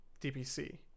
DPC